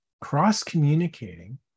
cross-communicating